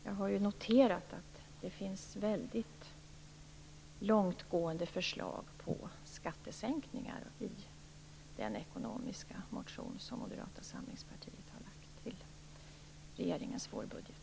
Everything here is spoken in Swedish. Jag har ju noterat att det finns väldigt långtgående förslag på skattesänkningar i den ekonomiska motion som Moderata samlingspartiet har väckt med anledning av regeringens vårbudget.